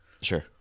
Sure